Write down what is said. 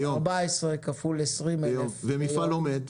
14 כפול 20,000 ליום,